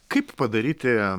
kaip padaryti